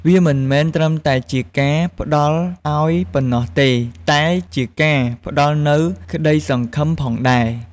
វាមិនមែនត្រឹមតែជាការផ្ដល់ឱ្យប៉ុណ្ណោះទេ តែជាការផ្ដល់នូវក្តីសង្ឃឹមផងដែរ។